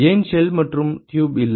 ஏன் ஷெல் மற்றும் டியூப் இல்லை